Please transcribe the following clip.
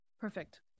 perfect